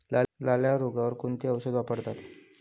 लाल्या रोगावर कोणते औषध वापरतात?